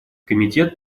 комитет